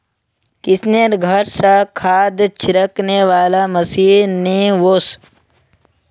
किशनेर घर स खाद छिड़कने वाला मशीन ने वोस